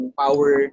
power